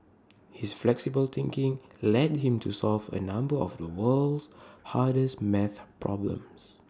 his flexible thinking led him to solve A number of the world's hardest math problems